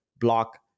block